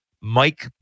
Mike